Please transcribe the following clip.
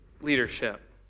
leadership